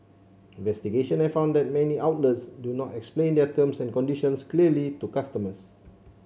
investigations have found that many outlets do not explain their terms and conditions clearly to customers